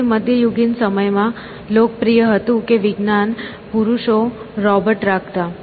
તેથી તે મધ્યયુગીન સમયમાં લોકપ્રિય હતું કે વિદ્વાન પુરુષો રોબોટ રાખતા